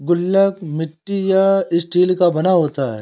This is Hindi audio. गुल्लक मिट्टी या स्टील का बना होता है